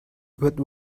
what